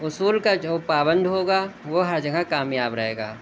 اصول کا جو پابند ہوگا وہ ہر جگہ کامیاب رہے گا